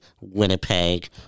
Winnipeg